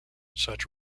such